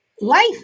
life